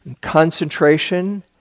concentration